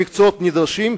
במקצועות נדרשים,